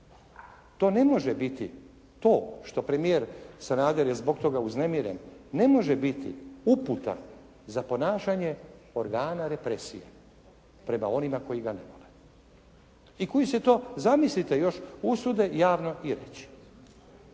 To ne može biti to što premijer Sanader je zbog toga uznemiren ne može biti uputa za ponašanje organa represije prema onima koji ga ne vole. I koji se to, zamislite još, usude javno i reći.